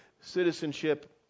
citizenship